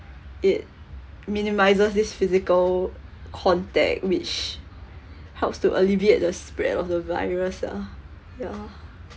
it minimises this physical contact which helps to alleviate the spread of the virus ah ya